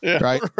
Right